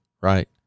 right